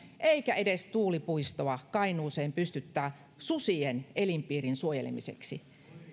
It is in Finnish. eikä edes tuulipuistoa kainuuseen pystyttää susien elinpiirin suojelemiseksi